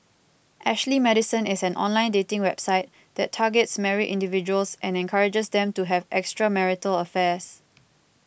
Ashley Madison is an online dating website that targets married individuals and encourages them to have extramarital affairs